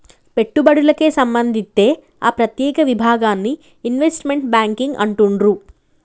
పెట్టుబడులకే సంబంధిత్తే ఆ ప్రత్యేక విభాగాన్ని ఇన్వెస్ట్మెంట్ బ్యేంకింగ్ అంటుండ్రు